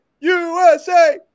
usa